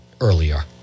earlier